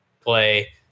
play